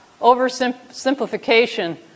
oversimplification